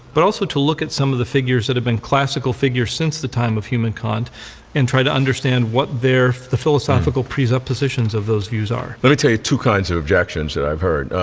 but also to look at some of the figures that have been classical figures since the time of hume and kant and try to understand what the philosophical presuppositions of those views are. let me tell you two kinds of objections that i've heard.